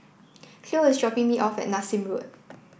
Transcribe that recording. Cleo is dropping me off at Nassim Road